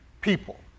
people